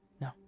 No